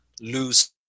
lose